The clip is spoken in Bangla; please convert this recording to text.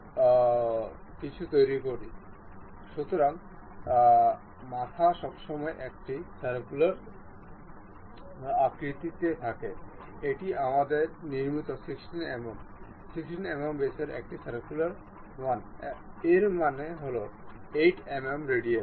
ডিসটেন্স লিমিটের অনুরূপ এখানে আমাদের উন্নত মেটদের মধ্যে একটি অঙ্গুলার লিমিটও রয়েছে